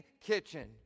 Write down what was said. kitchen